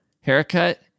haircut